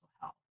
health